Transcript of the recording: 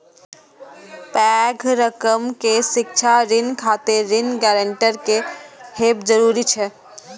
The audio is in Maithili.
पैघ रकम के शिक्षा ऋण खातिर ऋण गारंटर के हैब जरूरी छै